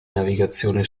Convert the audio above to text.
navigazione